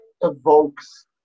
evokes